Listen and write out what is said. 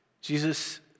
Jesus